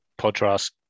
podcast